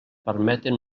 permeten